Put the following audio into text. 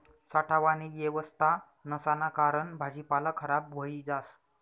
साठावानी येवस्था नसाना कारण भाजीपाला खराब व्हयी जास